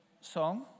song